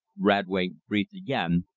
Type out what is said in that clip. radway breathed again,